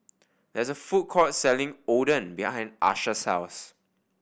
there is a food court selling Oden behind Asha's house